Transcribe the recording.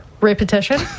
Repetition